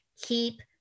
Keep